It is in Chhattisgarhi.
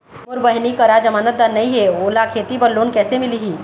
मोर बहिनी करा जमानतदार नई हे, ओला खेती बर लोन कइसे मिलही?